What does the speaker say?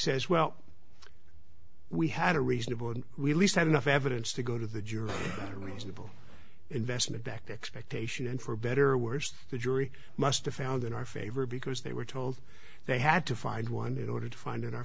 says well we had a reasonable release had enough evidence to go to the jury a reasonable investment back to expectation and for better or worse the jury must a found in our favor because they were told they had to find one in order to find in our